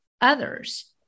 others